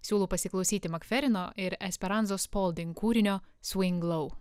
siūlau pasiklausyti makferino ir esperanzos spolding kūrinio swing low